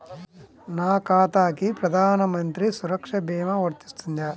నా ఖాతాకి ప్రధాన మంత్రి సురక్ష భీమా వర్తిస్తుందా?